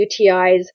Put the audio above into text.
UTIs